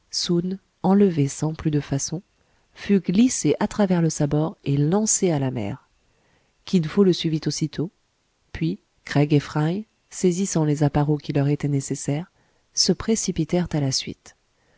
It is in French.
enlevé sans plus de façon fut glissé à travers le sabord et lancé à la mer kin fo le suivit aussitôt puis craig et fry saisissant les apparaux qui leur étaient nécessaires se précipitèrent à la suite